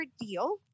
deal